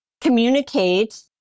communicate